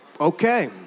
Okay